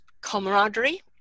camaraderie